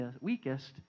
weakest